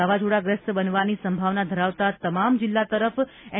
વાવાઝોડાગ્રસ્ત બનવાની સંભાવના ધરાવતા તમામ જિલ્લા તરફ એન